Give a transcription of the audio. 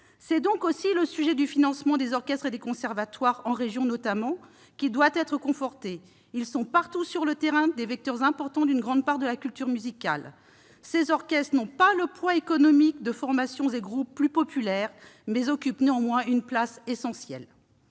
« savantes ». Le financement des orchestres et des conservatoires, en région notamment, doit donc être conforté. Ceux-ci sont partout sur le terrain des vecteurs importants d'une grande part de la culture musicale. Ils n'ont pas le poids économique de formations et de groupes plus populaires, mais ils occupent néanmoins une place essentielle.